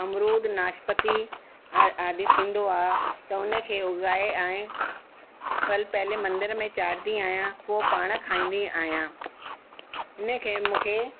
अमरुद नाशपती आहे आदि थींदो आहे त उन खे उघाए ऐं फलु पहिरीं मंदर में चाढ़ींदी आहियां पोइ पाण खाईंदी आहियां इन खे मूंखे